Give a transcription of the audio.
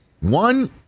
One